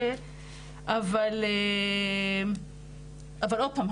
אבל עוד פעם,